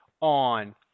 on